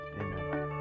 Amen